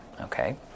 okay